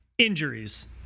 Injuries